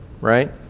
right